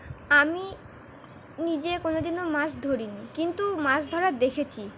আমি নিজে কোনোদিনও মাছ ধরিনি কিন্তু মাছ ধরা দেখেছি